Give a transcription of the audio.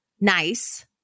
nice